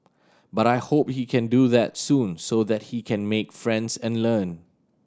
but I hope he can do that soon so that he can make friends and learn